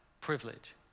privilege